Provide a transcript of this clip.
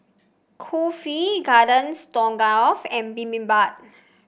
Kulfi Garden Stroganoff and Bibimbap